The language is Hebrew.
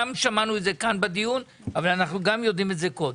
גם שמענו את זה כאן בדיון אבל אנחנו גם יודעים את זה קודם.